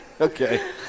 Okay